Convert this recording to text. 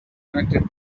connected